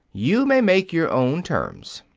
you may make your own terms.